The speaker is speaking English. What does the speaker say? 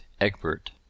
Egbert